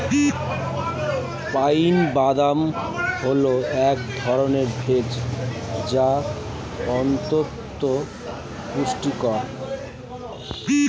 pine বাদাম হল এক ধরনের ভোজ্য যা অত্যন্ত পুষ্টিকর